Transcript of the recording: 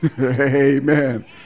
Amen